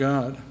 God